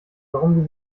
warum